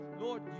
Lord